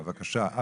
בבקשה,